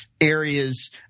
areas